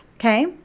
Okay